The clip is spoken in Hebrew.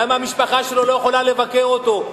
למה המשפחה שלו לא יכולה לבקר אותו.